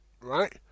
right